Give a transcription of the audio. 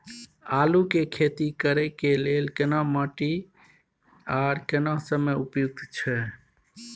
आलू के खेती करय के लेल केना माटी आर केना समय उपयुक्त छैय?